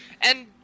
And-